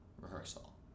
rehearsal